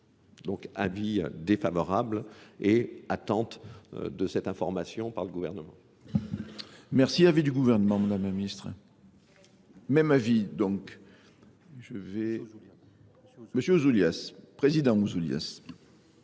Donc avis défavorable et attente de cette information par le gouvernement. Merci, avis du gouvernement, Madame la Ministre. Même avis, donc. Je vais... Monsieur Ousoulias, Président Ousoulias.